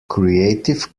creative